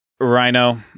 rhino